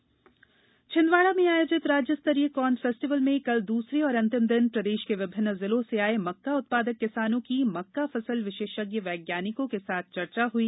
corn festival Chhindwara में आयोजित राज्य स्तरीय कॉर्न फेस्टिवल में कल दूसरे और अन्तिम दिन प्रदेश के विभिन्न जिलों से आये मक्का उत्पादक किसानों की मक्का फसल विशेषज्ञ वैज्ञानिकों के साथ चर्चा हुई